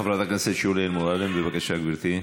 חברת הכנסת שולי מועלם, בבקשה, גברתי.